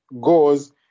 goes